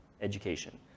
education